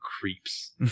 creeps